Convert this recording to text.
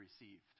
received